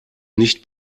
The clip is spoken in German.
nicht